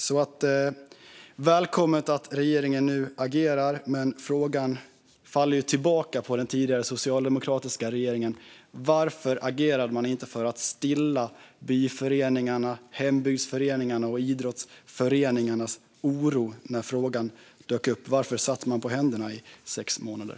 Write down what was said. Det är välkommet att regeringen nu agerar, men frågan faller tillbaka på den tidigare socialdemokratiska regeringen. Varför agerade man inte för att stilla byföreningarnas, hembygdsföreningarnas och idrottsföreningarnas oro när frågan dök upp? Varför satt man på händerna i sex månader?